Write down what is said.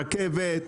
רכבת,